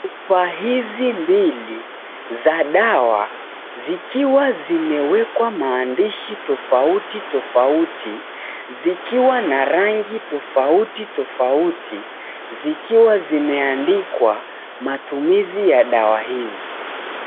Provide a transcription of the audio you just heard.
Chupa hizi mbili za dawa, zikiwa zimewekwa maandishi tofauti tofauti, zikiwa na rangi tofauti tofauti zikiwa zimeandikwa matumizi ya dawa hizi.